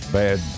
bad